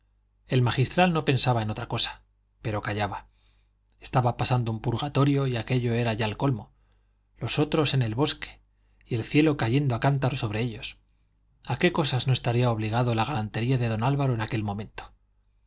el magistral no pensaba en otra cosa pero callaba estaba pasando un purgatorio y aquello era ya el colmo los otros en el bosque y el cielo cayendo a cántaros sobre ellos a qué cosas no estaría obligando la galantería de don álvaro en aquel momento